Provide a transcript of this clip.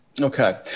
Okay